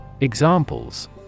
Examples